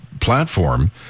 platform